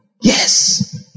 Yes